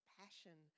passion